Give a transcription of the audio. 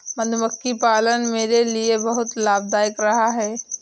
मधुमक्खी पालन मेरे लिए बहुत लाभदायक रहा है